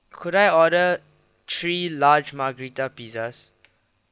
could I order three large margarita pizzas